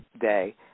day